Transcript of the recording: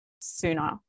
Sooner